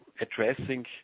addressing